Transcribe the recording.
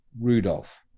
rudolph